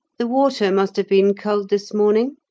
the water must have been cold this morning?